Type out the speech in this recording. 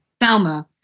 Salma